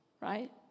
right